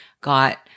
got